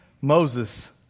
Moses